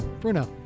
Bruno